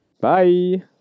Bye